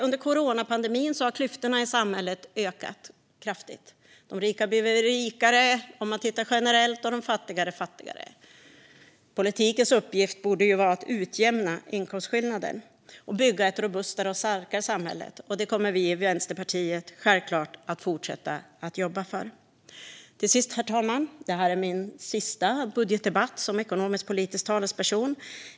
Under coronapandemin har klyftorna i samhället ökat kraftigt. De rika har blivit rikare, om man tittar på hur det ser ut generellt, och de fattiga har blivit fattigare. Politikens uppgift borde ju vara att utjämna inkomstskillnaden och bygga ett robustare och starkare samhälle. Det kommer vi i Vänsterpartiet självklart att fortsätta jobba för. Herr talman! Det här är min sista budgetdebatt som ekonomisk-politisk talesperson.